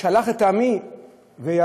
"שלח את עמי ויעבדני".